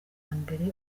mbere